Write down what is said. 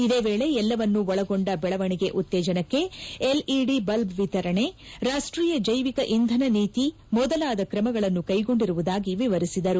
ಇದೇ ವೇಳೆ ಎಲ್ಲವನ್ನೂ ಒಳಗೊಂಡ ಬೆಳವಣಿಗೆ ಉತ್ತೇಜನಕ್ಕೆ ಎಲ್ಇಡಿ ಬಲ್ಬ್ ವಿತರಣೆ ರಾಷ್ಟೀಯ ಜೈವಿಕ ಇಂಧನ ನೀತಿ ಮೊದಲಾದ ಕ್ರಮಗಳನ್ನು ಕೈಗೊಂಡಿರುವುದಾಗಿ ವಿವರಿಸಿದರು